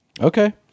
Okay